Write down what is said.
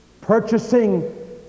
purchasing